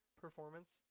performance